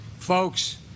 Folks